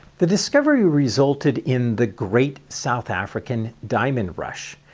the discovery resulted in the great south african diamond rush,